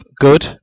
Good